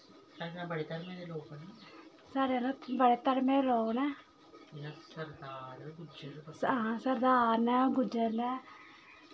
साढ़े ल बड़े धर्में दे लोक न हां सरदार न गुज्जर न